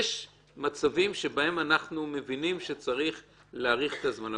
מצבים שבהם אנחנו מבינים שצריך להאריך את הזמן.